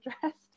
dressed